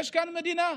יש כאן מדינה.